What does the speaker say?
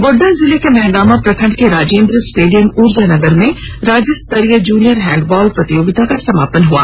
गोड्डा जिले के महागामा प्रखंड के राजेंद्र स्टेडियम ऊर्जानगर में राज्य स्तरीय जुनियर हैंडबॉल प्रतियोगिता का समापन हुआ